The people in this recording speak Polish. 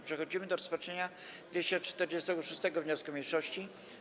Przechodzimy do rozpatrzenia 246. wniosku mniejszości.